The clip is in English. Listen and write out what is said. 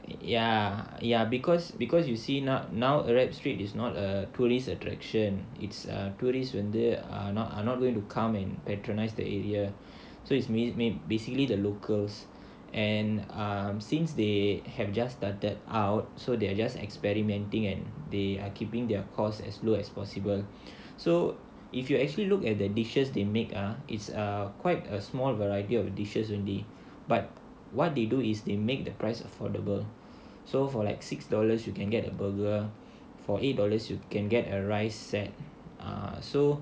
ya ya because because you see not now arab street is not a tourist attraction it's a tourist when there are not are not going to come and patronise the area so it's made me basically the locals and um since they have just started out so they are just experimenting and they are keeping their cost as low as possible so if you actually look at the dishes they make ah is err quite a small variety of dishes only but what they do is they make the price affordable so for like six dollars you can get a burger for eight dollars you can get a rice set ah so